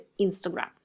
Instagram